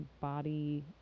body